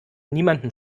niemandem